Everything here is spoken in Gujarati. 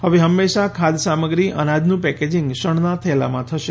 હવે હંમેશા ખાધ સામગ્રી અનાજનું પેકેજિંગ શણનાં થેલામાં થશે